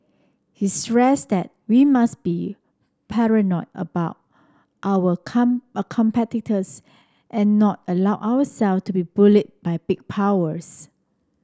he stressed that we must be paranoid about our come and not allow our self to be bullied by big powers